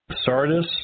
sardis